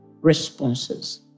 responses